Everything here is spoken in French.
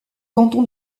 canton